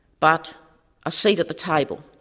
but a seat at the table.